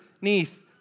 Neath